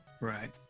Right